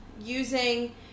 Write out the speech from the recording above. using